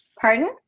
Pardon